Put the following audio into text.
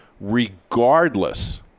regardless